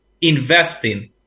investing